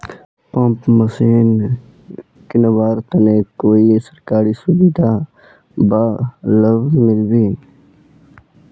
Pump machine किनवार तने कोई सरकारी सुविधा बा लव मिल्बी?